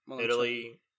Italy